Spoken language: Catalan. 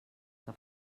que